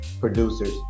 Producers